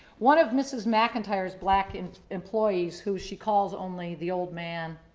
one of mrs. mcintyre's black and employees who she calls only the old man,